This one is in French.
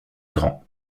grands